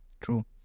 true